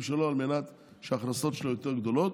שלו על מנת שההכנסות שלו יהיו יותר גדולות,